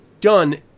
done